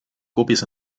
copias